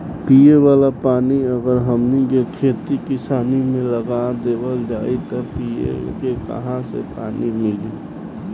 पिए वाला पानी अगर हमनी के खेती किसानी मे लगा देवल जाई त पिए के काहा से पानी मीली